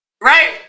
Right